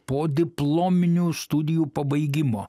podiplominių studijų pabaigimo